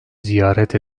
ziyaret